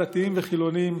דתיים וחילונים,